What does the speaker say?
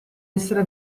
essere